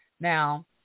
Now